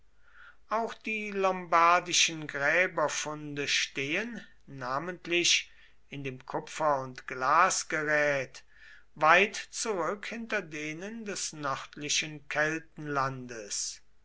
auch die lombardischen gräberfunde stehen namentlich in dem kupfer und glasgerät weit zurück hinter denen des nördlichen